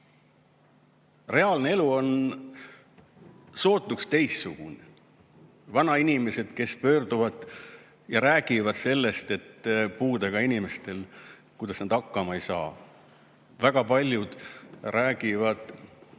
Reaalne elu on sootuks teistsugune. Vanainimesed, kes pöörduvad ja räägivad sellest, kuidas puudega inimesed hakkama ei saa. Väga paljud räägivad,